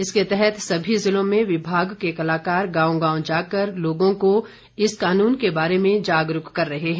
इसके तहत समी जिलों में विमाग के कलाकार गांव गांव जाकर लोगों को इस कानून के बारे में जागरूक कर रहे हैं